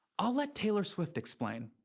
i'll let taylor swift explain.